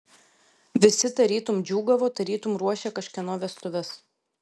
visi tarytum džiūgavo tarytum ruošė kažkieno vestuves